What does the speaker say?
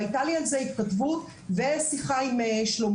והייתה לי על זה התכתבות ושיחה עם שלומי.